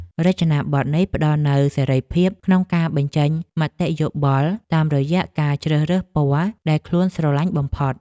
រចនាប័ទ្មនេះផ្តល់នូវសេរីភាពក្នុងការបញ្ចេញមតិយោបល់តាមរយៈការជ្រើសរើសពណ៌ដែលខ្លួនស្រឡាញ់បំផុត។